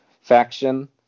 faction